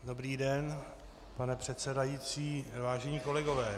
Dobrý den, pane předsedající, vážení kolegové.